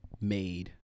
made